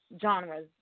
genres